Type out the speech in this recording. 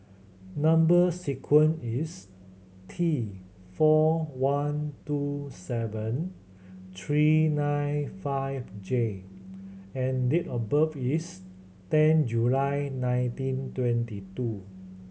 number sequence is T four one two seven three nine five J and date of birth is ten July nineteen twenty two